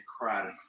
cried